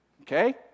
Okay